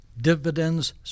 dividends